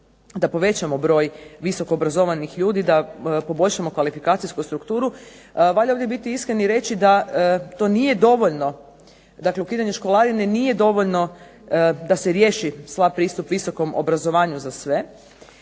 da povećamo broj visoko obrazovanih ljudi, da poboljšamo kvalifikacijsku strukturu. Valja ovdje biti iskren i reći da to nije dovoljno, dakle ukidanje školarine nije dovoljno da se riješi sav pristup visokom obrazovanju za sve,